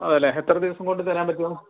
അതേ അല്ലെ എത്ര ദിവസം കൊണ്ട് തരാൻ പറ്റും